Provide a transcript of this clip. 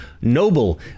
noble